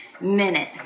minute